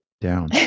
down